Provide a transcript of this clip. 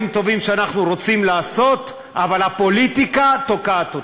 טובים שאנחנו רוצים לעשות אבל הפוליטיקה תוקעת אותם.